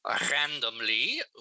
randomly